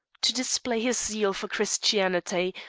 to display his zeal for christianity,